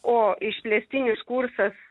o išplėstinis kursas